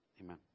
Amen